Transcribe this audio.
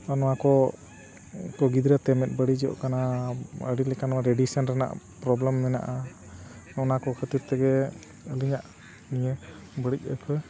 ᱱᱚᱣᱟ ᱠᱚ ᱜᱤᱫᱽᱨᱟᱹ ᱛᱮ ᱢᱮᱫ ᱵᱟᱹᱲᱤᱡᱚᱜ ᱠᱟᱱᱟ ᱟᱹᱰᱤ ᱞᱮᱠᱟᱱ ᱨᱮᱰᱤᱭᱮᱥᱮᱱ ᱨᱮᱱᱟᱜ ᱯᱨᱚᱵᱽᱞᱮᱢ ᱢᱮᱱᱟᱜᱼᱟ ᱚᱱᱟ ᱠᱚ ᱠᱷᱟᱹᱛᱤᱨ ᱛᱮᱜᱮ ᱟᱹᱞᱤᱧᱟᱜ ᱱᱤᱭᱟᱹ ᱵᱟᱹᱲᱤᱡ ᱟᱹᱭᱠᱟᱹᱣ